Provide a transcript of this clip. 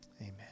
amen